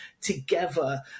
together